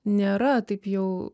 nėra taip jau